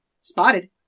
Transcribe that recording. spotted